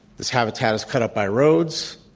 this habitat is cut up by roads.